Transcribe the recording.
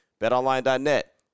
BetOnline.net